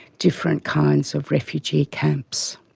different kinds of refugee camps.